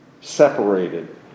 separated